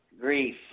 grief